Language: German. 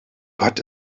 gott